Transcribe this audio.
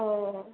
अ